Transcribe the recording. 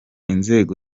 inzego